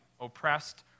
oppressed